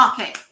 Okay